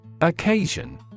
Occasion